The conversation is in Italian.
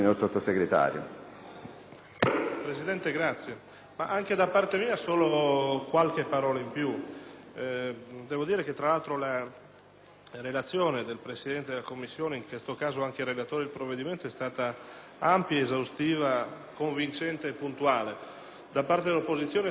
Presidente, aggiungerò solo qualche parola. Tra l'altro, la relazione del Presidente della Commissione, in questo caso anche relatore del provvedimento, è stata ampia, esaustiva, convincente e puntuale. Da parte dell'opposizione sono arrivate anche